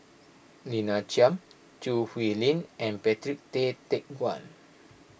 Lina Chiam Choo Hwee Lim and Patrick Tay Teck Guan